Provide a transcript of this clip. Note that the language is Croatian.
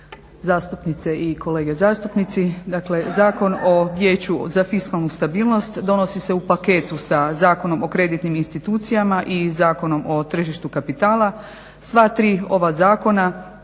zastupnice i kolege zastupnici. Dakle, Zakon o vijeću za fiskalnu stabilnost donosi se u paketu sa Zakonom o kreditnim institucijama i Zakonom o tržištu kapitala. Sva tri ova zakona